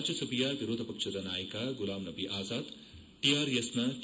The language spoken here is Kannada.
ರಾಜ್ಯಸಭೆಯ ವಿರೋಧ ಪಕ್ಷದ ನಾಯಕ ಗುಲಾಂ ನಭಿ ಅಜಾದ್ ಟಿಆರ್ಎಸ್ನ ಕೆ